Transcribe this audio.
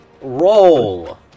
roll